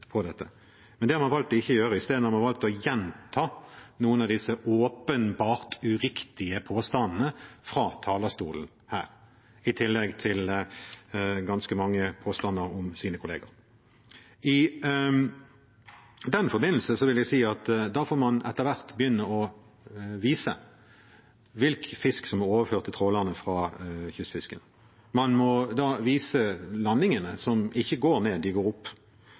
Men det har man valgt å ikke gjøre. Isteden har man valgt å gjenta noen av disse åpenbart uriktige påstandene fra talerstolen her, i tillegg til ganske mange påstander om sine kolleger. I den forbindelse vil jeg si at da får man etter hvert begynne å vise hvilke fisk som er overført til trålerne fra kystfiskeriene. Man må da vise landingene, som ikke går ned, de går opp.